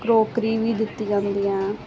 crockery ਵੀ ਦਿੱਤੀ ਜਾਂਦੀ ਆ